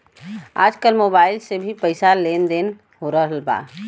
आजकल मोबाइल से भी पईसा के लेन देन हो रहल हवे